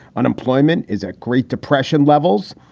unemployment is at great depression levels.